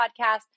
podcast